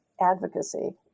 advocacy